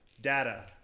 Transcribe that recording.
Data